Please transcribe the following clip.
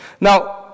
Now